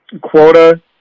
quota